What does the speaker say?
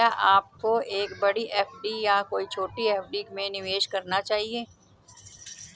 क्या आपको एक बड़ी एफ.डी या कई छोटी एफ.डी में निवेश करना चाहिए?